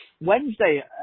Wednesday